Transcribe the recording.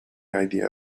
idea